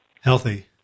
healthy